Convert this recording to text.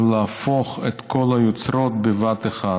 להפוך את כל היוצרות בבת אחת.